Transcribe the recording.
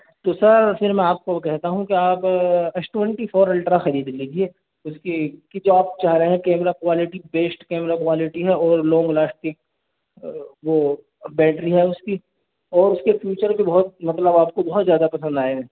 تو سر پھر میں آپ کو کہتا ہوں کہ آپ ایس ٹوینٹی فور الٹرا خرید لیجیے اس کی کہ جو آپ چاہ رہے ہیں camera quality best camera quality ہے اور لانگ لاسٹک وہ بیٹری ہے اس کی اور اس کے فیوچر کے بہت مطلب آپ کو بہت زیادہ پسند آئیں گے